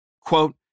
Quote